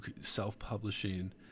self-publishing